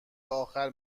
آخر